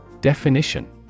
Definition